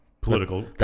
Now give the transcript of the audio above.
Political